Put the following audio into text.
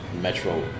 metro